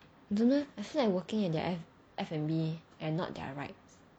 I don't know leh I feel like working in their F&B and not their rides